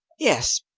yes,